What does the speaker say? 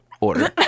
Order